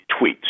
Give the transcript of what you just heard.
tweets